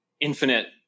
infinite